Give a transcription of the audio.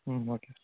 okay